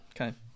Okay